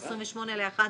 ב-28.11,